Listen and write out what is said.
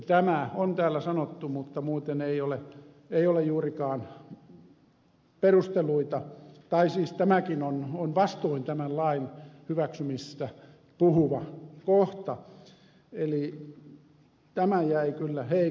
tämä on täällä sanottu mutta muuten ei ole juurikaan perusteluita tai siis tämäkin on vastoin tämän lain hyväksymistä puhuva kohta eli tämä jäi kyllä heikoksi